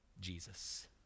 Jesus